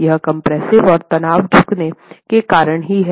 यह कम्प्रेस्सिव और तनाव झुकने के कारण ही है